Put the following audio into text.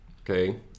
okay